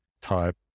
type